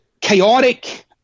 chaotic